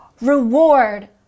reward